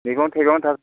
मैगं थाइगं